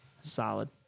Solid